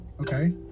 Okay